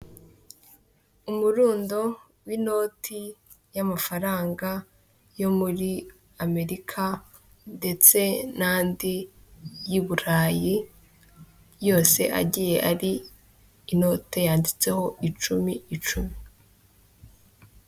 Umurundo w'inoti y'amafaranga yo muri Amerika ndetse n'andi y'i Burayi, yose agiye ari inote yanditseho icumi, icumi.